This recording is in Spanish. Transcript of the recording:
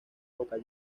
boca